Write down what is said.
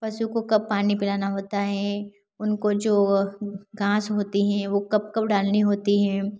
पशु को कब पानी पिलाना होता है उनको जो घास होती है वह कब कब डालनी होती है